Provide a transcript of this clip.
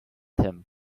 him